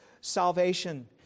salvation